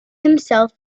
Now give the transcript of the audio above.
himself